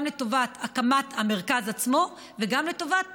גם לטובת הקמת המרכז עצמו וגם לטובת פעילות.